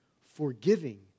forgiving